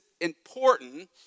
important